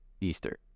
Easter